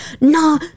no